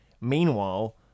Meanwhile